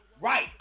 Right